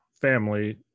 family